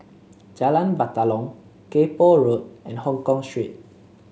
Jalan Batalong Kay Poh Road and Hongkong Street